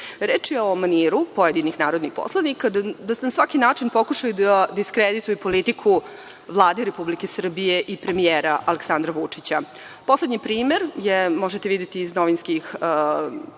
Reč je o maniru pojedinih narodnih poslanika da na svaki način pokušaju da diskredituju politiku Vlade Republike Srbije i premijera Aleksandra Vučića. Poslednji primer možete videti iz novinskih